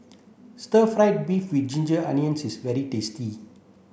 stir fried beef with ginger onions is very tasty